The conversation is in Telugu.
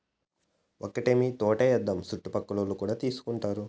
ఒక్కటేమీ తోటే ఏద్దాము చుట్టుపక్కలోల్లు కూడా తీసుకుంటారు